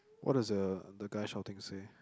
what does the the guy shouting say